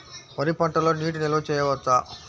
వరి పంటలో నీటి నిల్వ చేయవచ్చా?